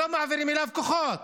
לא מעבירים אליו כוחות.